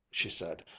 she said,